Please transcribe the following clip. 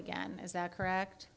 again is that correct